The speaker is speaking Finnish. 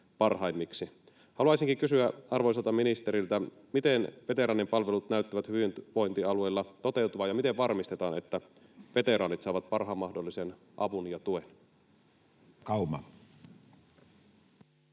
Haluaisinkin kysyä arvoisalta ministeriltä: miten veteraanipalvelut näyttävät hyvinvointialueilla toteutuvan, ja miten varmistetaan, että veteraanit saavat parhaan mahdollisen avun ja tuen?